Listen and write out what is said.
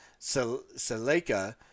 Seleka